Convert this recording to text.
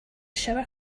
shower